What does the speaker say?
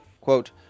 Quote